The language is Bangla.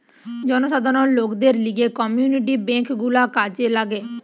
জনসাধারণ লোকদের লিগে কমিউনিটি বেঙ্ক গুলা কাজে লাগে